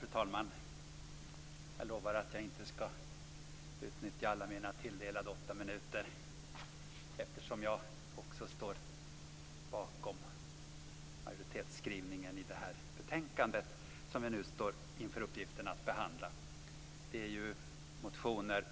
Fru talman! Jag lovar att jag inte ska utnyttja alla mina tilldelade åtta minuter eftersom jag också står bakom majoritetsskrivningen i betänkandet som vi står inför uppgiften att behandla. Det är motioner